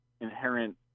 inherent